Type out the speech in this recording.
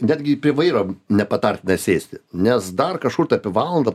netgi prie vairo nepatartina sėsti nes dar kažkur tai apie valandą